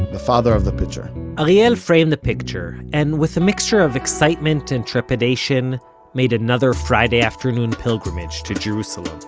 the father of the pitcher ariel framed the picture, and with a mixture of excitement and trepidation made another friday afternoon pilgrimage to jerusalem